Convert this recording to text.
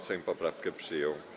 Sejm poprawkę przyjął.